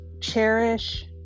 cherish